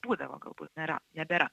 būdavo galbūt nėra nebėra